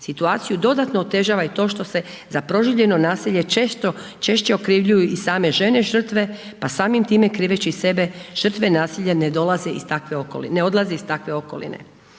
Situaciju dodatno otežava i to što se za proživljeno nasilje često, češće okrivljuju i same žene žrtve, pa samim time kriveći sebe, žrtve nasilja ne dolaze iz takve okoline,